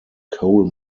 coal